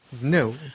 No